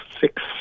six